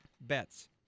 bets